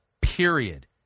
period